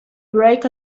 break